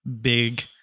big